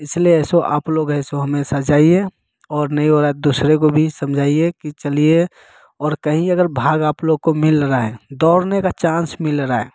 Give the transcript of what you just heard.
इसलिए ऐसे आप लोग ऐसे हमेशा जाइए और नहीं हो रहा है दूसरे को भी समझाएं कि चलिए और कहीं भाग आप लोग को मिल रहा है दौड़ने का चांस मिल रहा है